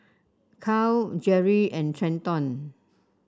Karl Jeri and Trenton